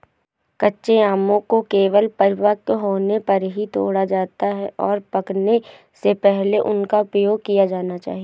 कच्चे आमों को केवल परिपक्व होने पर ही तोड़ा जाता है, और पकने से पहले उनका उपयोग किया जाना चाहिए